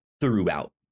throughout